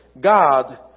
God